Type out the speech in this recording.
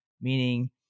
meaning